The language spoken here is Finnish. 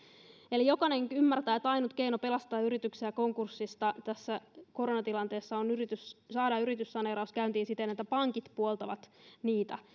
eli jokainen ymmärtää että ainut keino pelastaa yrityksiä konkurssilta tässä koronatilanteessa on saada yrityssaneeraus käyntiin siten että pankit puoltavat niitä